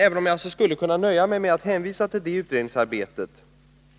Även om jag skulle kunna nöja mig med att hänvisa till det utredningsarbetet